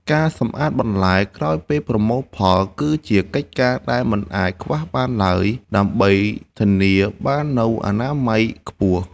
ការសម្អាតបន្លែក្រោយពេលប្រមូលផលគឺជាកិច្ចការដែលមិនអាចខ្វះបានឡើយ ដើម្បីធានាបាននូវអនាម័យខ្ពស់។